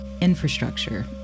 infrastructure